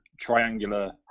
triangular